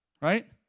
right